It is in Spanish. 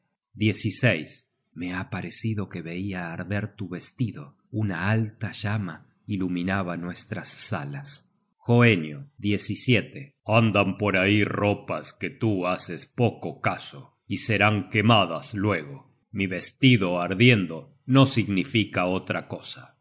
nada me ha parecido que veia arder tu vestido una alta llama iluminaba nuestras salas hoenio andan por ahí ropas de que tú haces poco caso y serán quemadas luego mi vestido ardiendo no significa otra cosa